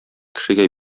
кешегә